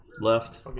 left